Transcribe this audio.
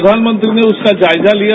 प्रधानमंत्री ने उसका जायजा लिया